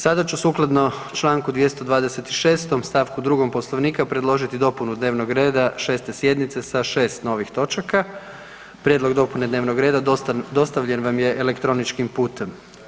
Sada ću sukladno čl. 226. st. 2. poslovnika predložiti dopunu dnevnog reda 6. sjednice sa 6 novih točaka, prijedlog dopune dnevnog reda dostavljen vam je elektroničkim putem.